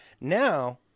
Now